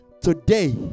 today